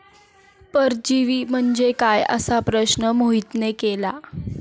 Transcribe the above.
परजीवी म्हणजे काय? असा प्रश्न मोहितने केला